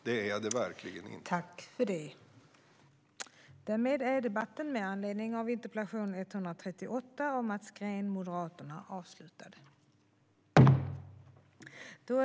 Det är det verkligen inte.